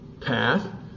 path